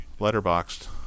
letterboxed